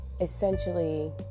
essentially